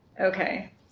okay